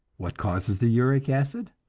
what causes the uric acid?